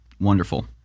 Wonderful